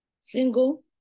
single